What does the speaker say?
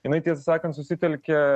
jinai tiesą sakant susitelkia